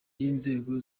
y’inzego